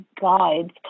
guides